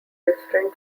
different